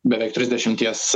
beveik trisdešimies